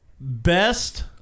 Best